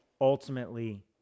ultimately